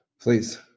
please